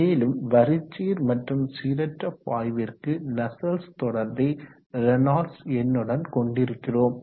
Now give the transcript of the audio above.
மேலும் வரிச்சீர் மற்றும் சீரற்ற பாய்விற்கு நஸ்சல்ட்ஸ் தொடர்பை ரேனால்ட்ஸ் எண்ணுடன் கொண்டிருக்கிறோம்